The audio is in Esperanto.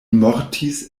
mortis